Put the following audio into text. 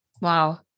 Wow